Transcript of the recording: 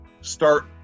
start